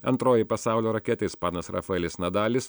antroji pasaulio raketė ispanas rafaelis nadalis